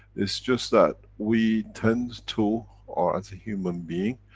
it's just that we tend to, or, as a human being,